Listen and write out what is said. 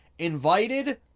invited